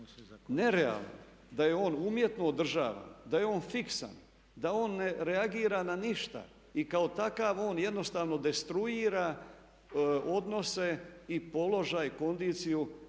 nerealno, da je on umjetno održavan, da je on fiksan, da on ne reagira na ništa i kao takav on jednostavno destruira odnose i položaj kondiciju